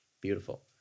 beautiful